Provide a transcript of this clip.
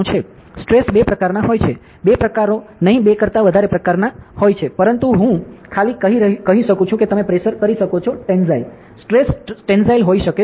stress બે પ્રકારનો હોય છે બે પ્રકારો નહીં બે કરતા વધારે પ્રકારનાં હોય છે પરંતુ હું ખાલી કહી શકું છું કે તમે પ્રેશર કરી શકો છો ટેન્સાઇલ સ્ટ્રેસ ટેન્સાઇલ હોઈ શકે છે